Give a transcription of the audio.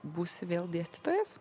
būsi vėl dėstytojas